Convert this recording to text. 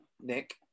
Nick